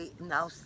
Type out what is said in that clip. now